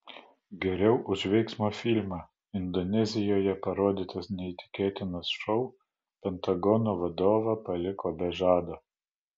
geriau už veiksmo filmą indonezijoje parodytas neįtikėtinas šou pentagono vadovą paliko be žado